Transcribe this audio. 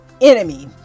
enemy